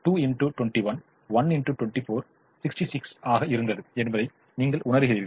ஆகையால் 66 ஆக இருந்தது என்பதை நீங்கள் உணருகிறீர்கள்